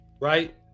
right